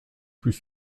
plus